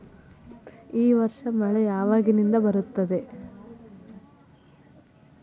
ಈ ವರ್ಷ ಮಳಿ ಯಾವಾಗಿನಿಂದ ಬರುತ್ತದೆ?